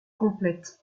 complète